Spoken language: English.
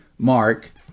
Mark